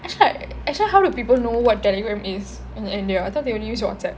actually like actually how do people know what Telegram is in india I thought they only use Whatsapp